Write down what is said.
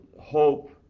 hope